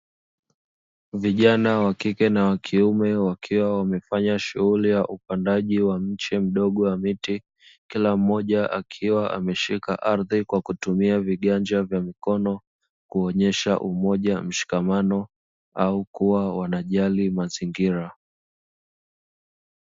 Vijana wa ( kike na wa kiume) wakiwa wamefanya shughuli ya upandaji wa mche mdogo wa miti, kila mmoja akiwa ameshika ardhi kwa kutumia viganja vya mkono kuonyesha umoja na mshikamano au kuwa wanajari mazingira.